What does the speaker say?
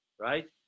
right